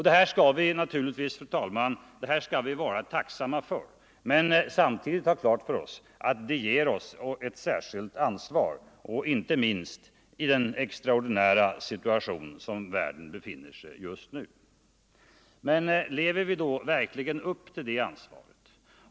Det här skall vi naturligtvis, fru talman, vara tacksamma för, men samtidigt ha klart för oss att det ger oss ett särskilt ansvar inte minst i den extraordinära situation som världen befinner sig i just nu. Men lever vi verkligen upp till det ansvaret?